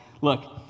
look